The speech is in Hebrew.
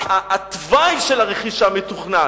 התוואי של הרכישה מתוכנן,